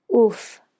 oof